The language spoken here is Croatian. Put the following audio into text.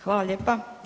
Hvala lijepa.